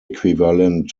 equivalent